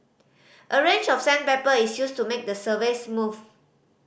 a range of sandpaper is used to make the surface smooth